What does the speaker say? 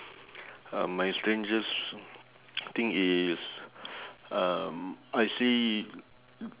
uh my strangest thing is um I see